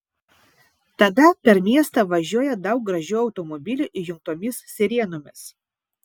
tada per miestą važiuoja daug gražių automobilių įjungtomis sirenomis